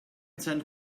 send